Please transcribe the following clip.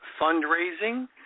fundraising